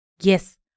Yes